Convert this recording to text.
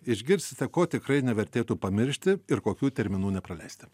išgirsite ko tikrai nevertėtų pamiršti ir kokių terminų nepraleisti